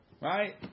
Right